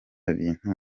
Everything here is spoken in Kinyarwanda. bintu